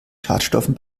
schadstoffen